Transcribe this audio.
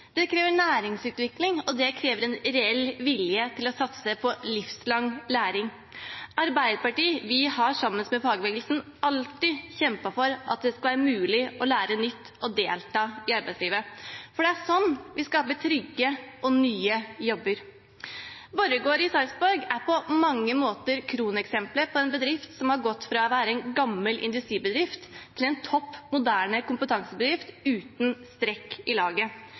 det krever næringsutvikling, og det krever en reell vilje til å satse på livslang læring. Arbeiderpartiet har sammen med fagbevegelsen alltid kjempet for at det skal være mulig å lære nytt og delta i arbeidslivet. Slik skaper vi trygge og nye jobber. Borregaard i Sarpsborg er på mange måter kroneksemplet på en bedrift som har gått fra å være en gammel industribedrift til en topp moderne kompetansebedrift uten strekk i laget.